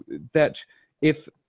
that if,